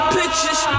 pictures